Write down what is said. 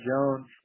Jones